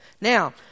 Now